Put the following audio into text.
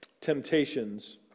Temptations